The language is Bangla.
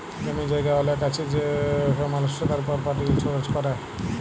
জমি জায়গা অলেক আছে সে মালুসট তার পরপার্টি ইলসুরেলস ক্যরে